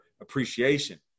appreciation